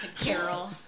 Carol